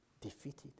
defeated